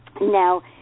Now